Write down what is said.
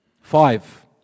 Five